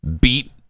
Beat